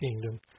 kingdom